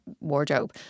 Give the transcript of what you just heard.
wardrobe